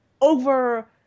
over